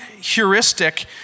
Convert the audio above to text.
heuristic